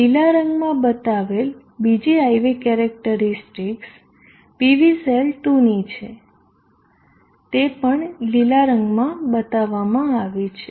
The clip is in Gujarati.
આ લીલા રંગમાં બતાવેલ બીજી IV કેરેક્ટરીસ્ટિકસ PV સેલ 2 ની છે તે પણ લીલા રંગમાં બતાવવામાં આવી છે